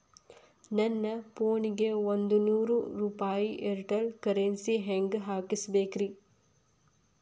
ನನ್ನ ಫೋನಿಗೆ ಒಂದ್ ನೂರು ರೂಪಾಯಿ ಏರ್ಟೆಲ್ ಕರೆನ್ಸಿ ಹೆಂಗ್ ಹಾಕಿಸ್ಬೇಕ್ರಿ?